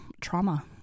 trauma